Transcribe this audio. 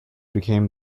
became